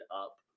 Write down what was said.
up